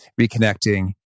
reconnecting